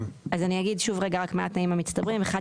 אז אני רק אגיד שוב מה הם התנאים המצטברים: 1,